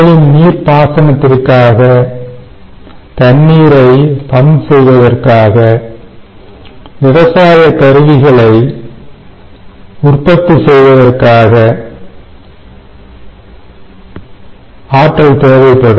மேலும் நீர் பாசனத்திற்காக தண்ணீரை பம்ப் செய்வதற்காக விவசாய கருவிகளை உற்பத்தி செய்வதற்காக ஆற்றல் தேவைப்படும்